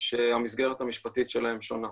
שהמסגרת המשפטית שלהם שונה.